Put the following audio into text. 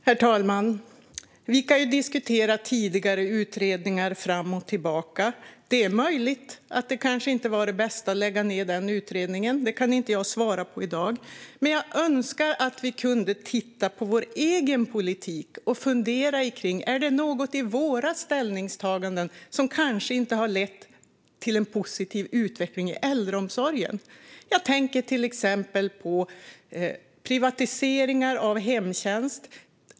Herr talman! Vi kan diskutera tidigare utredningar fram och tillbaka. Det är möjligt att det kanske inte var det bästa att lägga ned den utredningen - det kan jag inte svara på i dag - men jag önskar att vi kunde titta på vår egen politik och fundera på om det är något i våra ställningstaganden som kanske inte har lett till en positiv utveckling i äldreomsorgen. Jag tänker till exempel på privatiseringar av hemtjänst.